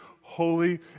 holy